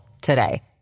today